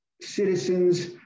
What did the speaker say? citizens